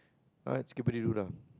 alright